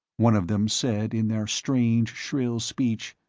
one of them said, in their strange shrill speech,